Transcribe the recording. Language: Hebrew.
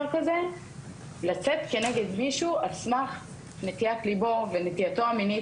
כזה לצאת כנגד מישהו על סמך נטיית ליבו ונטייתו המינית,